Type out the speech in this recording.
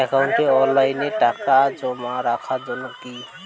একাউন্টে অনলাইনে টাকা জমা রাখা য়ায় কি?